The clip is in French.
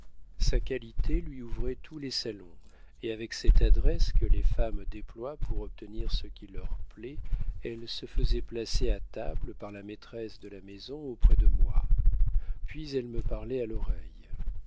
sa qualité lui ouvrait tous les salons et avec cette adresse que les femmes déploient pour obtenir ce qui leur plaît elle se faisait placer à table par la maîtresse de la maison auprès de moi puis elle me parlait à l'oreille